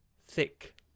thick